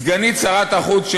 סגנית שר החוץ,